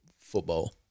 football